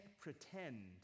pretend